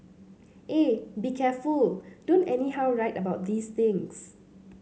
eh be careful don't anyhow write about these things